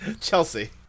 Chelsea